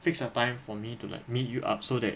fix a time for me to like meet you up so that